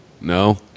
No